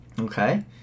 okay